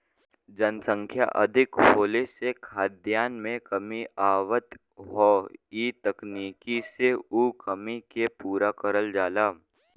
जनसंख्या अधिक होले से खाद्यान में कमी आवत हौ इ तकनीकी से उ कमी के पूरा करल जाला